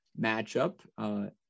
matchup